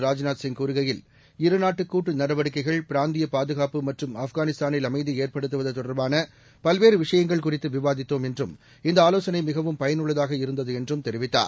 ராஜ்நாத்சிங்கூறுகையில் இருநாட்டுகூட்டுநடவடிக்கைகள் பிராந்தியபாதுகாப்புமற்றும்ஆப்கனிஸ்தானில்அமைதிஏற்படுத்துவதுதொடர்பானபல்வேறுவிஷயங்கள் குறித்துவிவாதித்துவிட்டி இந்தஆலோசனையிகவும்பயனுள்ளதாகஇருக்குக்கு அர் தெரிவித்தார்